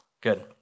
good